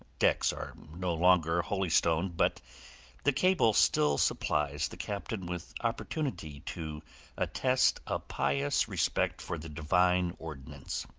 decks are no longer holystoned, but the cable still supplies the captain with opportunity to attest a pious respect for the divine ordinance.